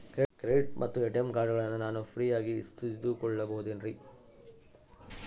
Credit ಮತ್ತ ATM ಕಾರ್ಡಗಳನ್ನ ನಾನು ಫ್ರೇಯಾಗಿ ಇಸಿದುಕೊಳ್ಳಬಹುದೇನ್ರಿ?